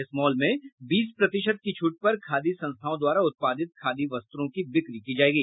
इस मॉल में बीस प्रतिशत की छूट पर खादी संस्थाओं द्वारा उत्पादित खादी वस्त्रों की बिक्री की जायेगी